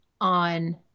on